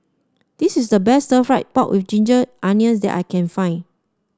this is the best Stir Fried Pork with Ginger Onions that I can find